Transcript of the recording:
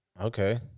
okay